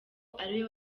ariwe